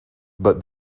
but